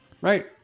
Right